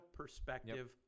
perspective